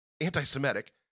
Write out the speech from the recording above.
anti-Semitic